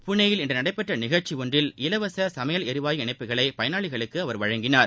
புனேயில் இன்று நடைபெற்ற நிகழ்ச்சி ஒன்றில் இலவச சமையல் ளரிவாயு இணைப்புகளை பயனாளிகளுக்கு அவர் வழங்கினார்